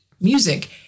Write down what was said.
music